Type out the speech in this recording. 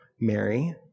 Mary